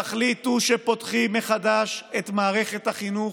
תחליטו שפותחים מחדש את מערכת החינוך,